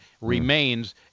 remains